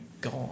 God